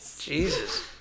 jesus